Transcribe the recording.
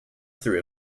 through